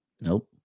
Nope